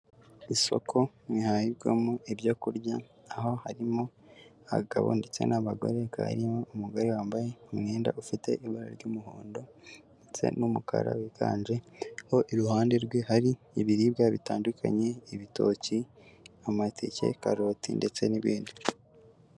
Isoko rihahirwamo ibyo kurya, aho harimo abagabo ndetse n'abagore, hakaba harimo umugore wambaye umwenda ufite ibara ry'umuhondo ndetse n'umukara wiganje; aho iruhande rwe hari ibiribwa bitandukanye: ibitoki, amateke, karoti ndetse n'ibindi.